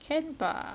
can bah